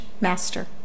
master